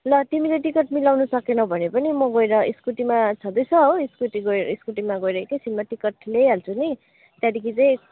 ल तिमीले टिकट मिलाउनु सकेनौ भने पनि म गएर स्कुटीमा छँदैछ हो स्कुटी स्कुटीमा गएर एकैछिनमा टिकट ल्याइहाल्छु नि त्यहाँदेखि चाहिँ